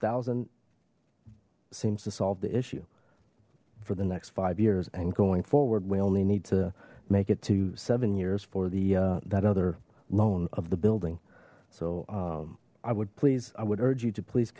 thousand seems to solve the issue for the next five years and going forward we only need to make it to seven years for the that other loan of the building so i would please i would urge you to please